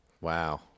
Wow